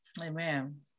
Amen